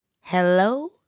Hello